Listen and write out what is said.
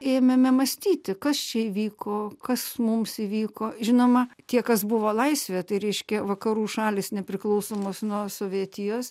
ėmėme mąstyti kas čia įvyko kas mums įvyko žinoma tie kas buvo laisvė tai reiškia vakarų šalys nepriklausomos nuo sovietijos